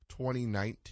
2019